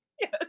Yes